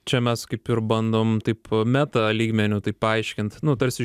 čia mes kaip ir bandom taip meta lygmeniu tai paaiškinti nu tarsi